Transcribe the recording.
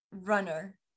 runner